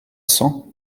cents